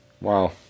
Wow